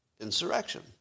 Insurrection